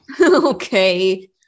Okay